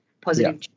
positive